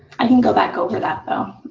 i can go back over that, though.